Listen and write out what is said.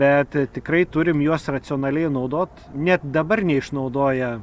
bet tikrai turim juos racionaliai naudot net dabar neišnaudoja